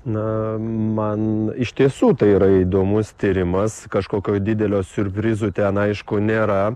na man iš tiesų tai yra įdomus tyrimas kažkokio didelio siurprizų ten aišku nėra